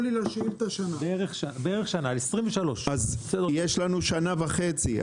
יש לנו שנה וחצי.